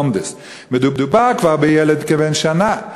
מדובר כבר בילד כבן שנה,